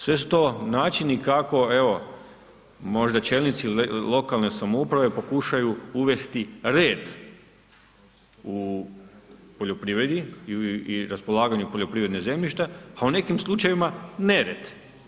Sve su to načini kako evo možda čelnici lokalne samouprave pokušaju uvesti red u poljoprivredi i raspolaganju poljoprivrednog zemljišta, a o nekim slučajevima nered.